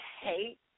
hate